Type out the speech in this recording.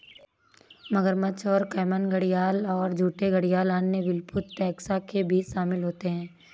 मगरमच्छ और कैमन घड़ियाल और झूठे घड़ियाल अन्य विलुप्त टैक्सा के बीच शामिल होते हैं